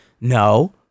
No